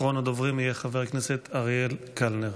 אחרון הדוברים יהיה חבר הכנסת אריאל קלנר.